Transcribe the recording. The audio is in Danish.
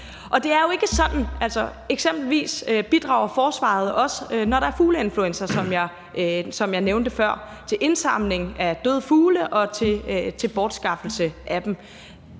Og det er det, forsvaret har gjort. Eksempelvis bidrager forsvaret også, når der er fugleinfluenza, som jeg nævnte før, til indsamling af døde fugle og til bortskaffelse af dem.